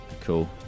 cool